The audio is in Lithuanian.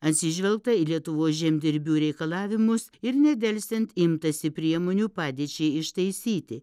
atsižvelgta į lietuvos žemdirbių reikalavimus ir nedelsiant imtasi priemonių padėčiai ištaisyti